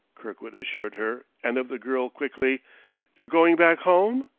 kirkwood assured her and of the girl quickly you're going back home?